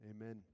Amen